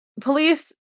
police